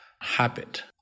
habit